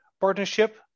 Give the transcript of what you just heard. partnership